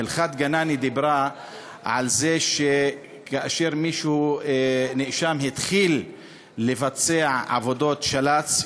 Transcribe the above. הלכת גנני דיברה על זה שכאשר נאשם התחיל לבצע עבודות של"צ,